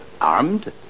armed